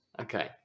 okay